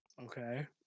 Okay